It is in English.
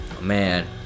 man